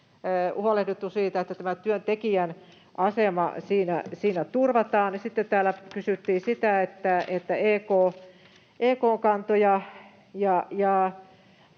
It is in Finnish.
huolehdittu myös siitä, että tämä työntekijän asema siinä turvataan. Sitten täällä kysyttiin EK:n kannoista